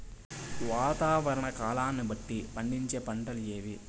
వాతావరణ కాలాన్ని బట్టి పండించే పంటలు ఏవి?